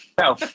No